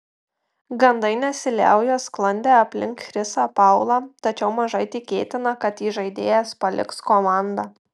gandai nesiliauja sklandę aplink chrisą paulą tačiau mažai tikėtina kad įžaidėjas paliks komandą